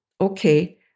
Okay